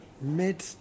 mid